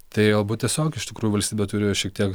tai galbūt tiesiog iš tikrųjų valstybė turi šiek tiek